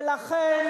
ולכן,